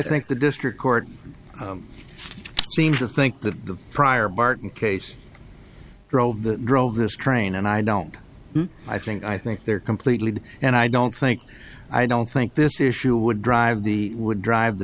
think the district court seems to think that the prior barton case drove the drove this train and i don't i think i think they're completely and i don't think i don't think this issue would drive the would drive the